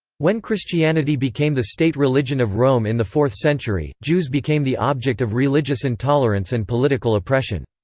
when christianity became the state religion of rome in the fourth century, jews became the object of religious intolerance and political oppression.